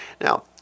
Now